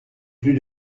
plus